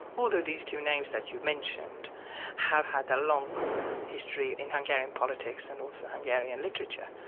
although these two names that you mentioned have had a long history in hungarian politics and also hungarian literature.